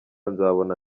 nzabona